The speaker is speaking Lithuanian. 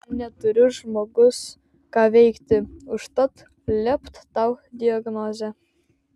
neturi žmogus ką veikti užtat lept tau diagnozę